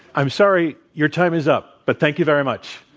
i'm sorry. your time is up but thank you very much.